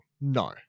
No